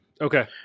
okay